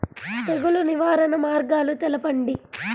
తెగులు నివారణ మార్గాలు తెలపండి?